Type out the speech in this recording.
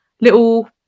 little